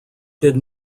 did